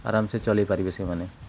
ଆରାମ୍ସେ ଚଲେଇପାରିବେ ସେମାନେ